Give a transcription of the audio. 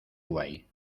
guay